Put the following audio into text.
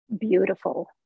Beautiful